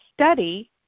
study